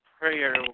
prayer